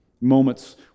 Moments